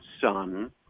son